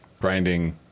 grinding